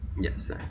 Yes